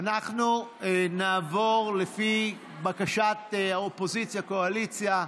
אנחנו נעבור לפי בקשת אופוזיציה-קואליציה,